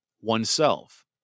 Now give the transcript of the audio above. oneself